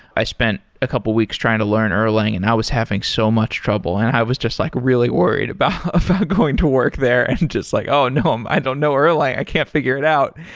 i spent a couple of weeks trying to learn erlang and i was having so much trouble and i was just like really worried about ah going to work there and just like, oh, no! um i don't know erlang. i can't figure it out.